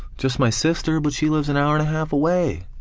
just my sister, but she lives an hour and a half away!